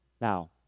Now